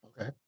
Okay